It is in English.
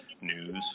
news